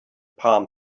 palm